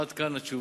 עד כאן התשובות.